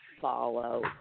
follow